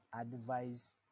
advise